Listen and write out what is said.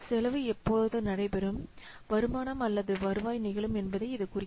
செலவு எப்போது நடைபெறும் வருமானம் அல்லது வருவாய் நிகழும் என்பதை இது குறிக்கும்